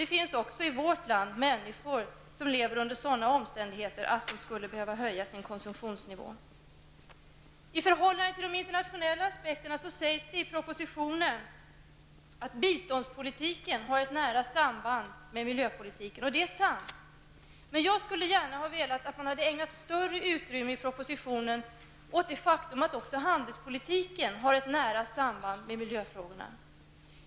Det finns också i vårt land människor som lever under sådana omständigheter att de skulle behöva höja sin konsumtionsnivå. När det gäller de internationella aspekterna sägs det i propositionen att biståndspolitiken har ett nära samband med miljöpolitiken, och det är sant. Men jag hade gärna velat att man i propositionen hade ägnat större utrymme åt det faktum att också handelspolitiken har ett nära samband med miljöfrågorna.